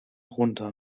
runter